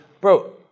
bro